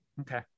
Okay